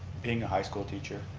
being a high school teacher,